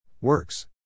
Works